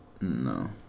No